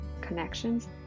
connections